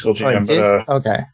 okay